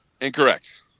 Incorrect